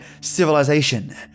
civilization